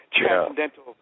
transcendental